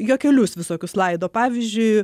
juokelius visokius laido pavyzdžiui